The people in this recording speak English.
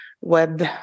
web